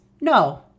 no